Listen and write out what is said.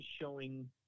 showing